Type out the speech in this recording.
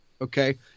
Okay